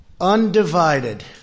undivided